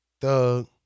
Thug